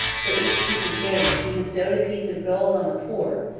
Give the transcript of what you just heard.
for each piece of game, he bestowed a piece of gold on the poor,